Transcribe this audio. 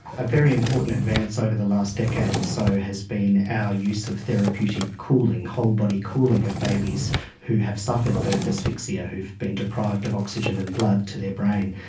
a very important advance over the last decade or so has been our use of therapeutic cooling, whole body cooling of babies who have suffered birth asphyxia, who have been deprived of oxygen and blood to their brain.